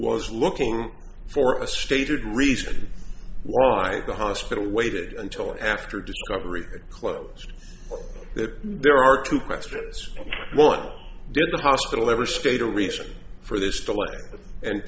was looking for a stated reason why the hospital waited until after discovery closed that there are two question is what did the hospital ever state a reason for this delay and